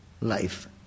life